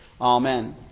Amen